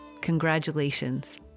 congratulations